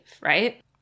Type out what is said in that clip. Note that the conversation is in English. right